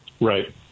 Right